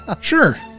sure